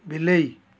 ବିଲେଇ